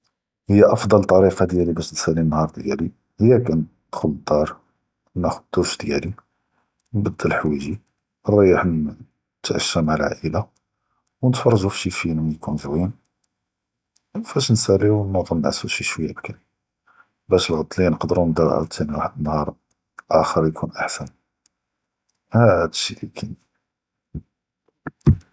היא אפדל ת’ורקה דיאלי באש ניסאלי אלנהאר דיאלי היא כ ינדכ’ל לדאר נחת’ז אלדוש דיאלי, נבדל ח’ואיג’י, ריח נתע’שה מע אלאעילה, ונתפרג’ו פ שי פילם יכון זואין, פאש נסאליו נודו נעסו שווייה בק’רי, באש תאני ואחד אלנהאר אוחר יכון אחשן, הד ש’י אלי כאין.